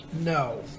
No